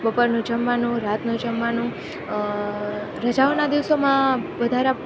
બપોરનું જમવાનું રાતનું જમવાનું રજાઓના દિવસોમાં વધારા